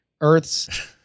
Earth's